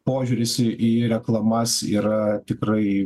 požiūris į į reklamas yra tikrai